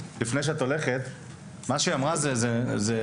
מה שאמרה פה סגנית ראש עיריית ראשון לציון,